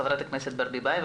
ח"כ ברביבאי,